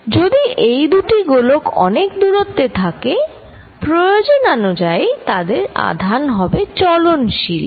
যদি এই দুটি গোলক অনেক দূরত্বে থাকে প্রয়োজনানুযায়ী তাদের আধান হবে চলনশীল